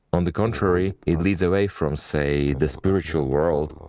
on the contrary, it leads away from, say, the spiritual world,